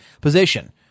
position